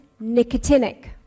nicotinic